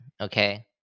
okay